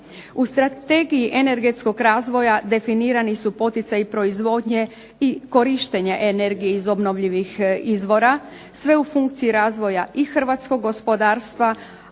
U Strategiji energetskog razvoja definirani su poticaji proizvodnje i korištenja energije iz obnovljivih izvora sve u funkciji razvoja i Hrvatskog gospodarstva,